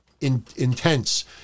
intense